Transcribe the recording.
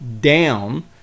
down